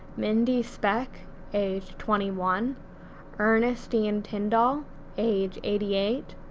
mindy speck age twenty one ernestine tindall age eighty eight,